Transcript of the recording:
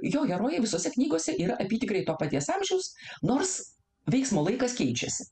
jo herojai visose knygose yra apytikriai to paties amžiaus nors veiksmo laikas keičiasi